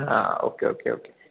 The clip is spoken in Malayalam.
ആ ഓക്കെ ഓക്കെ ഓക്കെ